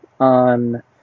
On